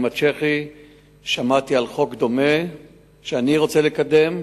של צ'כיה שמעתי על חוק דומה לזה שאני רוצה לקדם,